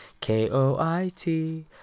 K-O-I-T